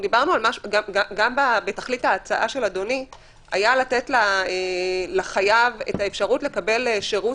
גם בתכלית ההצעה של אדוני היה לתת לחייב את האפשרות לקבל שירות